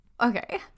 Okay